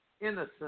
innocent